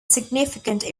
significant